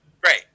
Great